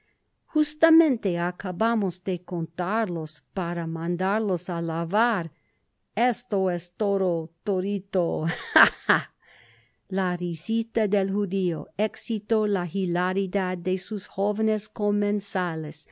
justamente acabamos de contarlos para mandarlos álavar esto es todo todito ah ah ah la risita del judio exitó la hilaridad de sus jóvenes comensales